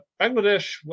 Bangladesh